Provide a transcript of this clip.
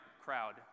crowd